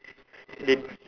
they